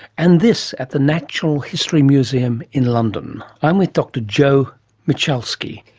and this at the natural history museum in london. i am with dr joe michalski.